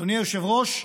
אדוני היושב-ראש,